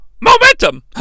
momentum